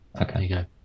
Okay